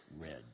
red